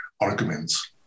arguments